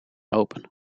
open